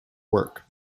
work